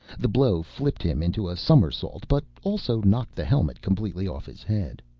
the blow flipped him into a somersault, but also knocked the helmet completely off his head.